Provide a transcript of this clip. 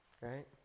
right